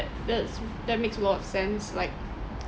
ya I I I I think thats that makes a lot of sense like